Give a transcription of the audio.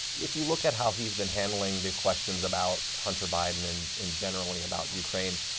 if you look at how he is been handling the questions about hunter biden and and generally about ukraine.